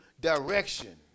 direction